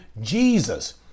Jesus